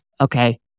Okay